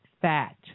fat